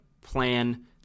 plan